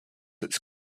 its